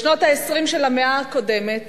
בשנות ה-20 של המאה הקודמת